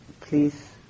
please